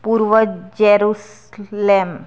પૂર્વ જેરુસલેમ